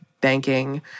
banking